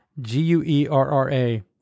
G-U-E-R-R-A